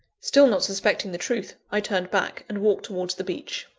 still not suspecting the truth, i turned back, and walked towards the beach.